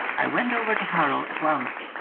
i went over to harrow at once,